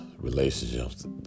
relationships